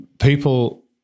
people